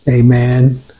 amen